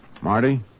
Marty